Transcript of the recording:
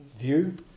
view